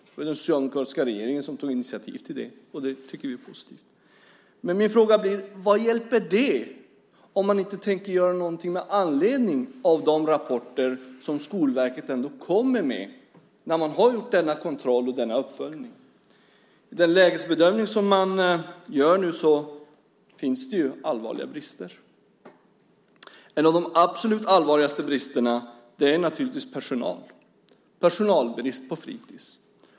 Det var den socialdemokratiska regeringen som tog initiativ till det. Vi tycker att det är positivt. Men min fråga blir: Vad hjälper denna kontroll och denna uppföljning, om man inte tänker göra något med anledning av de rapporter som Skolverket kommer med? Den lägesbedömning man gör nu visar att det finns allvarliga brister. En av de absolut allvarligaste är bristen på personal på fritids.